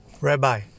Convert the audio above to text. Rabbi